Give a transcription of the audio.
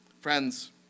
Friends